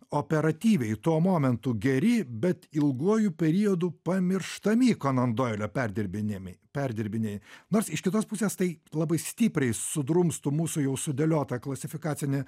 operatyviai tuo momentu geri bet ilguoju periodu pamirštami konan doilio perdirbinėmi perdirbinėj nors iš kitos pusės tai labai stipriai sudrumstų mūsų jau sudėliotą klasifikacinį